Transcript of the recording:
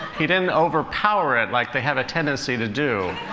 he didn't overpower it like they have a tendency to do.